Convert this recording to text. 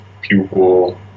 Pupil